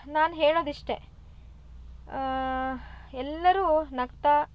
ನಾನು ಹೇಳೋದು ಇಷ್ಟೇ ಎಲ್ಲರೂ ನಗ್ತಾ